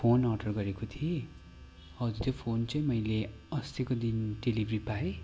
phone order गरेको थिएँ हजुर त्यो फोन चाहिँ मैले अस्तिको दिन डेलिभरी पाएँ